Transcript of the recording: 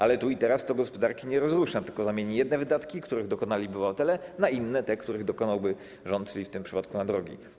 Ale tu i teraz to gospodarki nie rozrusza, tylko zamieni jedne wydatki, których dokonaliby obywatele, na inne, te, których dokona rząd, czyli w tym przypadku na drogi.